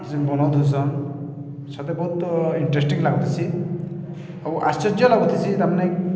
ସେ ବନଉଥିସନ୍ ସତେ ବହୁତ ଇଣ୍ଟରେଷ୍ଟିଂ ଲାଗୁଥିସି ଆଉ ଆଶ୍ଚର୍ଯ୍ୟ ଲାଗୁଥିସି ତାମାନେ